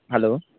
hello